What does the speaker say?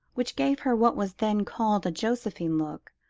which gave her what was then called a josephine look,